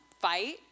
fight